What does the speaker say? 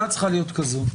ההצעה צריכה להיות כזאת,